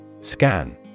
Scan